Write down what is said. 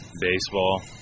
baseball